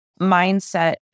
mindset